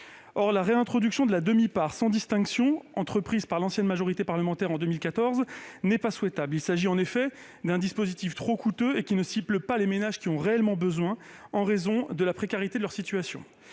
La réintroduction de la demi-part sans distinction, entreprise par l'ancienne majorité parlementaire en 2014, n'est pas souhaitable. Il s'agit en effet d'un dispositif trop coûteux et qui ne cible pas les ménages qui en ont réellement besoin, en raison de la précarité de leur situation.